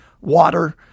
Water